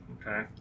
Okay